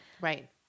right